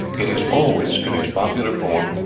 it is always, in its popular form,